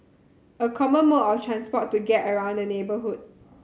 a common mode of transport to get around the neighbourhood